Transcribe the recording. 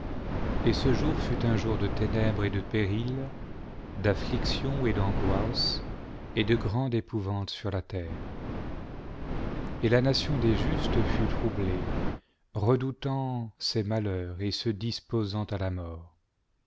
et ce jour fut un jour de ténèbres et de périls d'affliction et d'angoisses et de grande épouvante sur la terre et la nation des justes fut troublée redoutant ses malheurs et se disposant à la mort